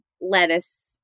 lettuce